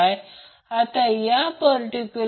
6 VAr लिहिलेले आहे ते थेट मिळेल